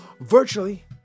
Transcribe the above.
virtually